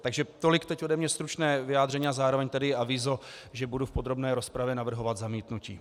Takže tolik teď ode mne stručné vyjádření a zároveň tedy avízo, že budu v podrobné rozpravě navrhovat zamítnutí.